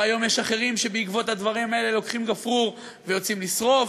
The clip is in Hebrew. והיום יש אחרים שבעקבות הדברים האלה לוקחים גפרור ויוצאים לשרוף,